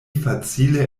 facile